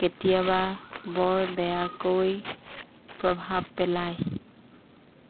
কেতিয়াবা বৰ বেয়াকৈ প্ৰভাৱ পেলায়